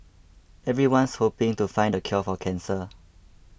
everyone's hoping to find the cure for cancer